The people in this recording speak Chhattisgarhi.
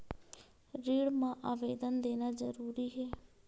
ऋण मा आवेदन देना जरूरी हे?